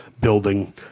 building